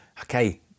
okay